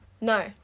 No